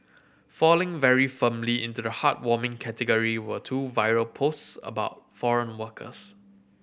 falling very firmly into the heartwarming category were two viral posts about foreign workers